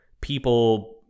People